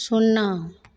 शुन्ना